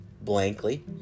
blankly